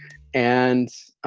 and